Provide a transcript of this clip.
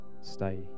stay